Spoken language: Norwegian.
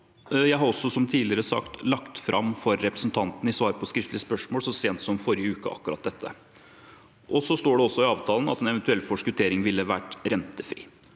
Jeg har, som tidligere sagt, lagt akkurat dette fram for representanten i svar på skriftlig spørsmål så sent som forrige uke. Det står også i avtalen at en eventuell forskuttering ville vært rentefri.